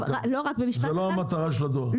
זאת לא מטרת הדיון,